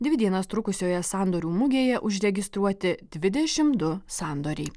dvi dienas trukusioje sandorių mugėje užregistruoti dvidešim du sandoriai